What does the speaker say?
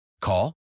Call